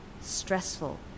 stressful